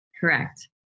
Correct